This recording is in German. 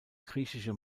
griechische